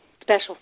special